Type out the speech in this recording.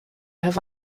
have